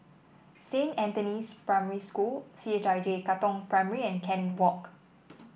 Saint Anthony's Primary School C H I J Katong Primary and Canning Walk